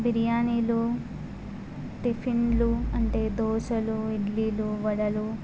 బిర్యానీలు టిఫిన్లు అంటే దోశలు ఇడ్లీలు వడలు